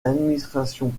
l’administration